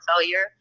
failure